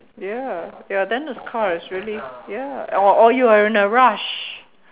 ya ya then this car is really ya or or you are in a rush